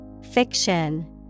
Fiction